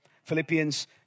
Philippians